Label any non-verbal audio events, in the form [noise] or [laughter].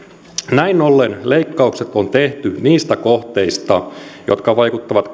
näin ollen leikkaukset on tehty niistä kohteista jotka vaikuttavat [unintelligible]